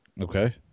Okay